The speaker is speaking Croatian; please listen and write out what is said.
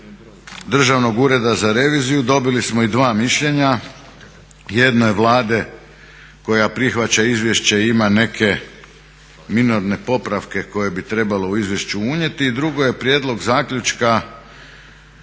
ureda za reviziju dobili smo i dva mišljenja, jedno je Vlade koja prihvaća izvješće i ima neke minorne popravke koje bi trebalo u izvješće unijeti. I drugo je prijedlog zaključka